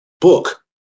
book